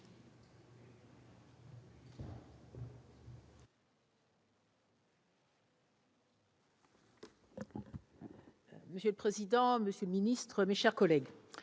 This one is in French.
Monsieur le président, monsieur le ministre, mes chers collègues,